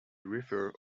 referred